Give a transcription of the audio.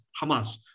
Hamas